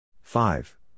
Five